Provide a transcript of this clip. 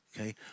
Okay